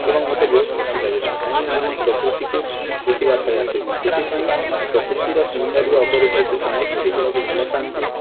ଏବଂ ମତେ ବହୁତ ଖୁସି ଲାଗିଲା କାହିଁକିନା ମୁଁ ପ୍ରକୃତିକୁ ଦେଖିବା ପାଇଁ ଆସିଛି ସେଥିପାଇଁ ପ୍ରକୃତିର ସୁୌନ୍ଦର୍ଯ୍ୟ ଅପରୂପକୁ ସମସ୍ତେ ଦେଖିବାକୁ ଭଲ ପାଆନ୍ତି